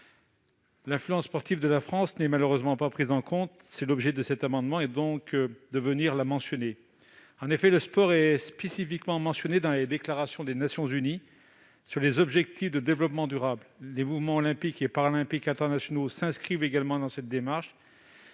L'influence sportive de la France n'est malheureusement pas prise en compte. L'objet de cet amendement est donc de remédier à cet oubli. Le sport est spécifiquement mentionné dans la déclaration des Nations unies sur les objectifs de développement durable. Les mouvements olympiques et paralympiques internationaux s'inscrivent également dans cette démarche.